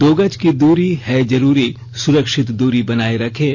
दो गज की दूरी है जरूरी सुरक्षित दूरी बनाए रखें